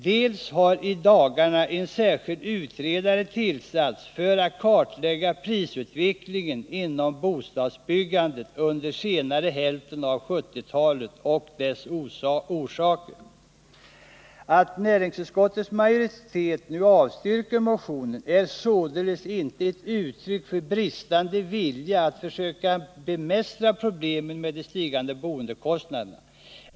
Vidare har i dagarna en särskild utredare tillsatts för att kartlägga prisutvecklingen inom bostadsbyggandet under senare hälften av 1970-talet och dess orsaker. Att näringsutskottets majoritet nu avstyrker motionerna är således inte ett uttryck för en bristande vilja att försöka bemästra problemen med de stigande boendekostnaderna.